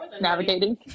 navigating